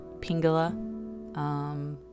Pingala